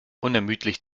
unermüdlich